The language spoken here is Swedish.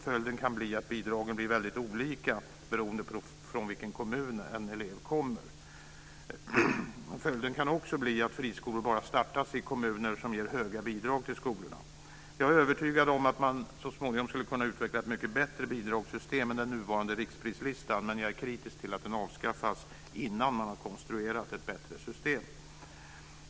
Följden kan bli att bidragen blir väldigt olika beroende på vilken kommun en elev kommer från. Följden kan också bli att friskolor bara startas i kommuner som ger höga bidrag till skolorna. Jag är övertygad om att man så småningom skulle kunna utveckla ett mycket bättre bidragssystem än den nuvarande riksprislistan, men jag är kritisk till att den avskaffas innan man har konstruerat ett bättre system.